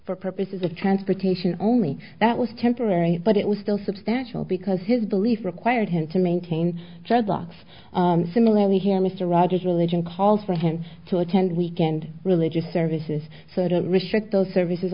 for purposes of transportation only that was temporary but it was still substantial because his belief required him to maintain dreadlocks similarly here mr rogers religion calls for him to attend weekend religious services so don't restrict those services